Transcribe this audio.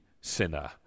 sinner